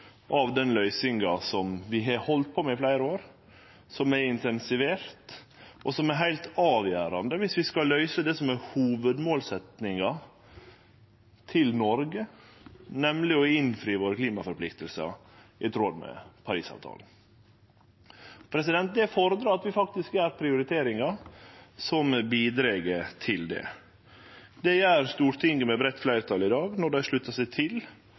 av den løysinga vi har halde på med i fleire år, som er intensivert, og som er heilt avgjerande viss vi skal løyse det som er hovudmålsetjinga for Noreg, nemleg å innfri klimaforpliktingane våre i tråd med Parisavtalen. Det fordrar at vi faktisk gjer prioriteringar som bidreg til det. Det gjer Stortinget med breitt fleirtal i dag når dei sluttar seg til